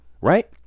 right